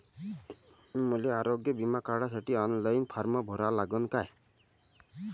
मले आरोग्य बिमा काढासाठी ऑनलाईन फारम भरा लागन का?